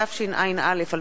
התשע”א 2011,